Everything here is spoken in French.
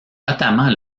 notamment